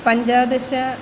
पञ्चादश